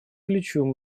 ключевым